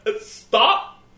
Stop